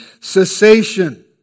cessation